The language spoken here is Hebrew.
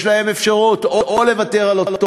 יש להם אפשרות לוותר על אותו